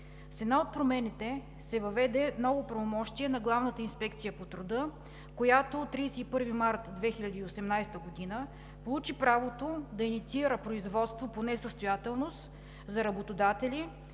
С една от промените се въведе ново правомощие на Главната инспекция по труда, която от 31 март 2018 г. получи правото да инициира производство по несъстоятелност за работодатели,